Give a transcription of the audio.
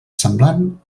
semblant